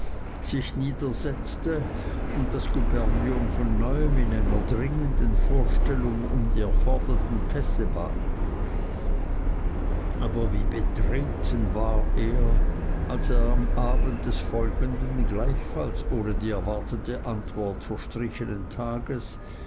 sich niedersetzte und das gubernium von neuem in einer dringenden vorstellung um die erforderten pässe bat aber wie betreten war er als er am abend des folgenden gleichfalls ohne die erwartete antwort verstrichenen tages